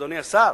אדוני השר,